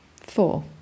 Four